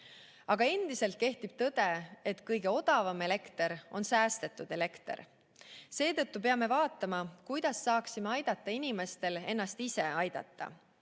Aga endiselt kehtib tõde, et kõige odavam elekter on säästetud elekter. Seetõttu peame vaatama, kuidas saaksime aidata inimestel ennast ise aidata.